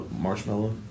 marshmallow